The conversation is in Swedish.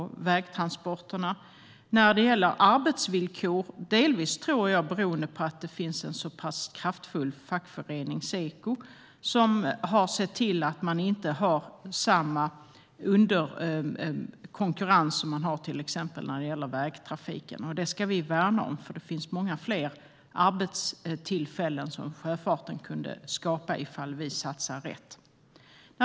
Arbetsvillkoren är också goda, och jag tror att det delvis beror på att det finns en så en så kraftfull fackförening, Seko, som har sett till att man inte har samma osjysta konkurrens som gäller till exempel vägtrafiken. Det ska vi värna om, för det finns många fler arbetstillfällen som sjöfarten skulle kunna skapa om vi satsar rätt.